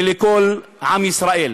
ולכל עם ישראל.